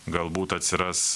galbūt atsiras